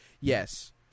Yes